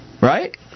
Right